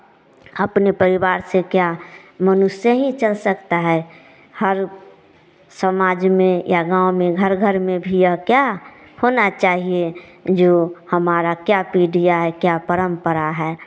अपने परिवार से क्या मनुष्य ही चल सकता है हर समाज में या गाँव में घर घर में भी यह क्या होना चाहिए जो हमारा क्या पीढ़ियाँ हैं क्या परम्परा है